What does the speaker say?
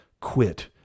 quit